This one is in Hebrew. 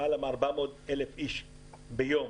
למעלה מ-400,000 אנשים ביום,